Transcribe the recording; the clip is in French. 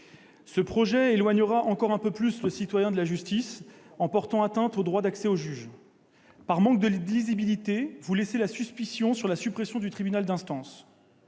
Ce projet éloignera encore un peu plus le citoyen de la justice, en portant atteinte au droit d'accès au juge. Par manque de lisibilité, vous laissez planer la suspicion sur la suppression du tribunal d'instance.